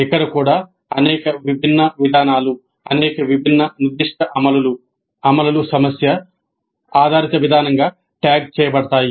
ఇక్కడ కూడా అనేక విభిన్న విధానాలు అనేక విభిన్న నిర్దిష్ట అమలులు సమస్య ఆధారిత విధానంగా ట్యాగ్ చేయబడతాయి